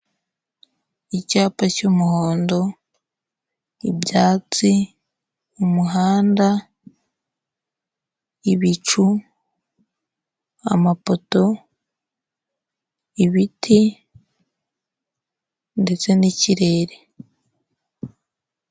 Icyapa cy'umuhondo, ibyatsi, umuhanda, ibicu, amapoto, ibiti ndetse n'ikirere.